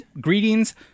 greetings